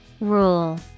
Rule